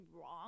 wrong